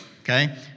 Okay